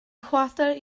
chwarter